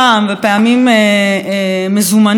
ופעמים מזומנות,